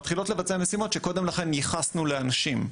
מתחילות לבצע משימות שקודם לכן ייחסנו לאנשים.